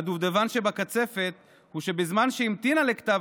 והדובדבן שבקצפת הוא שבזמן שהיא המתינה לכתב